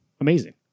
amazing